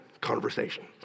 conversation